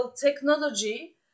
technology